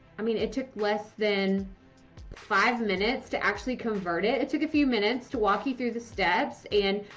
i mean it took less than five minutes to actually convert it. it took a few minutes to walk you through the steps and,